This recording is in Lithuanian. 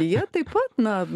jie taip pat na